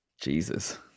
Jesus